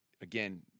again